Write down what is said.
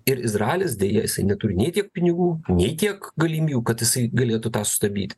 ir izraelis deja neturi ne tiek pinigų nei tiek galimybių kad jisai galėtų tą sutabdyti